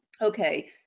Okay